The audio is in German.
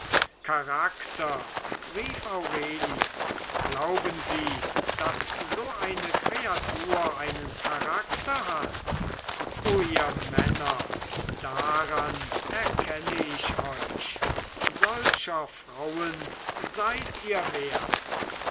charakter rief aurelie glauben sie daß so eine kreatur einen charakter hat o ihr männer daran erkenne ich euch solcher frauen seid ihr wert